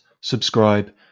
subscribe